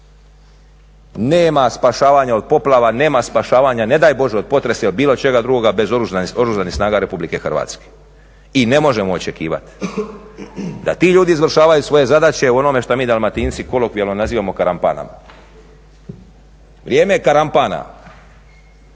Nema spašavanja od poplava, nema spašavanja ne daj Bože od potresa ili bilo čega drugoga bez Oružanih snaga RH. I ne možemo očekivati da ti ljudi izvršavaju svoje zadaće u onome što mi dalmatinci kolokvijalno nazivamo karampana. Vrijeme karampana